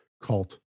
cult